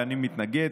ואני מתנגד,